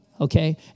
okay